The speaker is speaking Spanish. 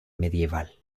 medieval